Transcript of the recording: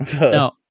No